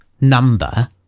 number